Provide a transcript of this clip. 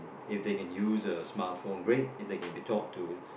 if they can use a smartphone great if they can be taught to